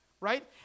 right